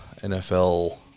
NFL